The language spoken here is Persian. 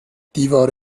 دیوار